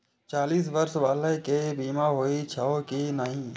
चालीस बर्ष बाला के बीमा होई छै कि नहिं?